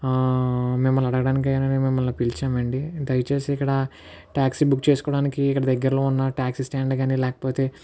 మిమల్ని అడగడానికి నేను మిమల్ని పిలిచాం అండి దయచేసి ఇక్కడ టాక్సీ బుక్ చేసుకోడానికి ఇక్కడ దగ్గరలో ఉన్న టాక్సీ స్టాండు కనీ లేకపోతే